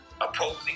opposing